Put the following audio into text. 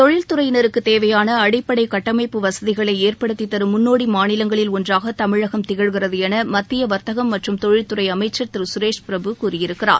தொழில்துறையினருக்குத் தேவையான அடிப்படை கட்டமைப்பு வசதிகளை ஏற்படுத்தித் தரும் முன்னோடி மாநிலங்களில் ஒன்றாக தமிழகம் திகழ்கிறது என மத்திய வர்த்தகம் மற்றும் தொழில் துறை அமைச்சர் திரு சுரேஷ்பிரபு கூறியிருக்கிறார்